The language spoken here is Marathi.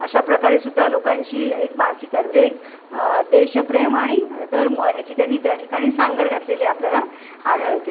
अशा प्रकारे सुद्धा लोकांशी एक मानसिकता म्हणजे एक देशप्रेम आणि धर्म ह्याची त्यांनी त्या ठिकाणी सांगड घातलेली आपल्याला आढळतील